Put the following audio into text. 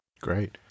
Great